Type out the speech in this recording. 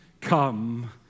come